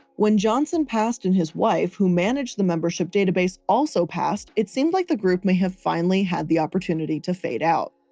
when johnson passed and his wife who managed the membership database also passed, it seemed like the group may have finally had the opportunity to fade out.